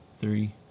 three